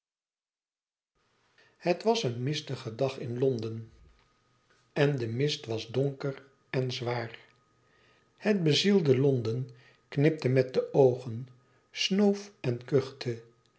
het was een mistige dag in londen en de mist was donker en zwaar het bezielde londen knipte met de oogen snoof en kuchte